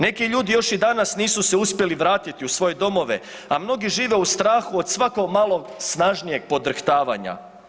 Neki ljudi još i danas nisu se uspjeli vratiti u svoje domove, a mnogi žive u strahu od svako malo snažnijeg podrhtavanja.